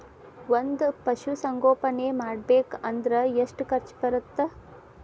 ಒಂದ್ ಪಶುಸಂಗೋಪನೆ ಮಾಡ್ಬೇಕ್ ಅಂದ್ರ ಎಷ್ಟ ಖರ್ಚ್ ಬರತ್ತ?